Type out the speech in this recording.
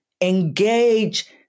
engage